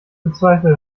bezweifle